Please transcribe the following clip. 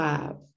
Five